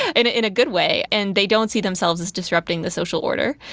and in a good way, and they don't see themselves as disrupting the social order.